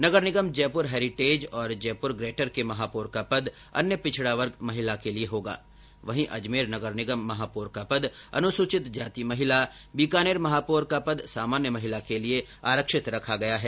नगर निगम जयपुर हैरिटेज और जयपुर ग्रेटर के महापौर का पद अन्य पिछड़ा वर्ग महिला के लिये होगा वहीं अजमेर नगर निगम महापौर का पद अनुसूचित जाति महिला बीकानेर महापौर का पद सामान्य महिला के लिये आरक्षित रखा गया है